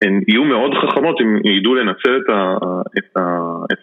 הן יהיו מאוד חכמות, אם יידעו לנצל את ה...